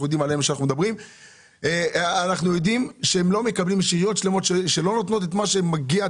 אנחנו יודעים שיש עיריות שלא נותנות את מה שמגיע.